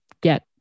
get